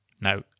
Now